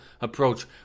approach